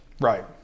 Right